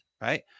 right